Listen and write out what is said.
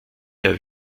der